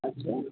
اچھا